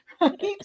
right